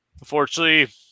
Unfortunately